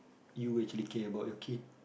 you actually care about your kid